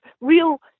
real